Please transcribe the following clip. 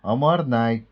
Amar Naik